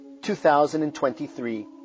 2023